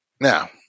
now